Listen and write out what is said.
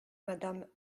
madame